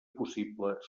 possible